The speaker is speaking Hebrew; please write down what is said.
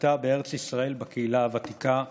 תבוסתה בארץ ישראל בקהילה הוותיקה והנאמנה.